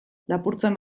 lapurtzen